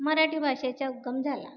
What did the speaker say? मराठी भाषेचा उगम झाला